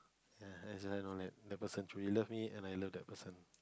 ya that's how I know that that person truly love me and I love that person